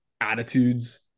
attitudes